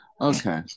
Okay